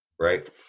right